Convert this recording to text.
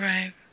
Right